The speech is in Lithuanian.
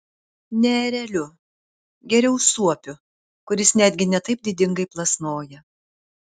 ne ereliu geriau suopiu kuris netgi ne taip didingai plasnoja